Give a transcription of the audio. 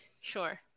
Sure